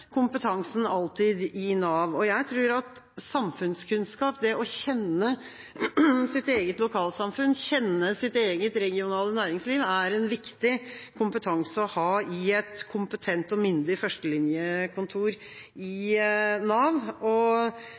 kompetansen alltid i Nav? Jeg tror at samfunnskunnskap, det å kjenne sitt eget lokalsamfunn, kjenne sitt eget regionale næringsliv, er en viktig kompetanse å ha i et kompetent og myndig førstelinjekontor i Nav.